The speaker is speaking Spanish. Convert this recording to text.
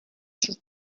sus